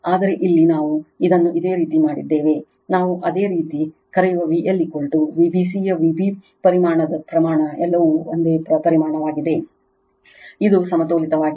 ಆದರೆ ಇಲ್ಲಿ ನಾವು ಇದನ್ನು ಇದೇ ರೀತಿ ಮಾಡಿದ್ದೇವೆ ನಾವು ಇದೇ ರೀತಿ ಕರೆಯುವ VL Vbcಯ V b ಪರಿಮಾಣದ ಪ್ರಮಾಣ ಎಲ್ಲವೂ ಒಂದೇ ಪರಿಮಾಣವಾಗಿದೆ ಇದು ಸಮತೋಲಿತವಾಗಿದೆ